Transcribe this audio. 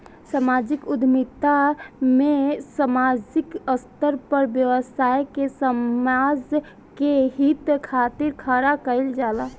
सामाजिक उद्यमिता में सामाजिक स्तर पर व्यवसाय के समाज के हित खातिर खड़ा कईल जाला